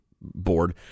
board